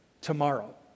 tomorrow